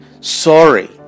sorry